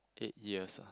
eight years ah